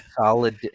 Solid